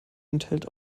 enthält